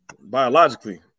biologically